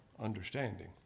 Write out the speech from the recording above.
understanding